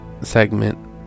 segment